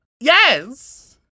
yes